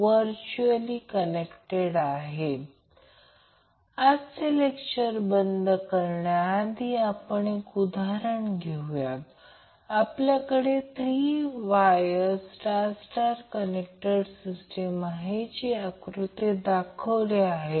तर line voltage कधीकधी VL ने दाखवले जाते कधीकधी त्याचप्रमाणे line to line voltage VLL लिहू शकतात ते योग्य आहे